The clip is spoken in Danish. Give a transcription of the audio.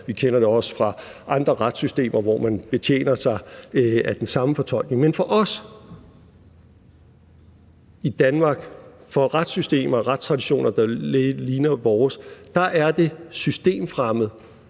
Vi kender det også fra andre retssystemer, hvor man betjener sig af den samme fortolkning. Men for os i Danmark, for retssystemer, retstraditioner, der ligner vores, er det systemfremmed,